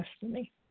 destiny